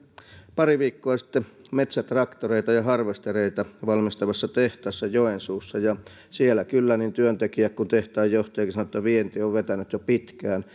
pari viikkoa sitten metsätraktoreita ja harvestereita valmistavassa tehtaassa joensuussa ja siellä kyllä niin työntekijät kuin tehtaan johtajakin sanoivat että vienti on vetänyt jo pitkään